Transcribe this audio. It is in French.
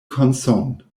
consonnes